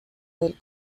del